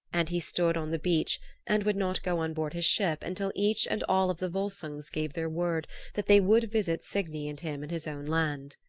and he stood on the beach and would not go on board his ship until each and all of the volsungs gave their word that they would visit signy and him in his own land.